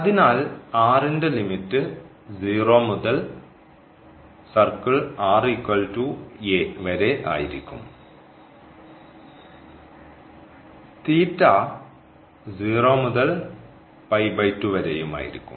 അതിനാൽ r ന്റെ limit 0 മുതൽ സർക്കിൾ വരെ ആയിരിക്കും 0 മുതൽ വരെയുമായിരിക്കും